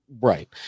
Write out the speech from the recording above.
Right